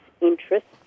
interests